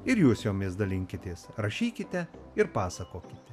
ir jūs jomis dalinkitės rašykite ir pasakokite